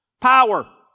power